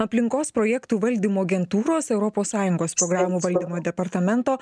aplinkos projektų valdymo agentūros europos sąjungos programų valdymo departamento